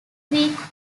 week